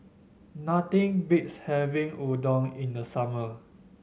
nothing beats having Udon in the summer